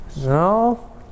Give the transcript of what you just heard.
No